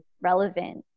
relevant